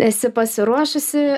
esi pasiruošusi